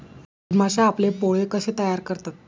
मधमाश्या आपले पोळे कसे तयार करतात?